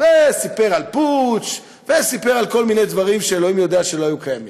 הוא סיפר על פוטש וסיפר על כל מיני דברים שאלוהים יודע שלא היו קיימים.